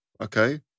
Okay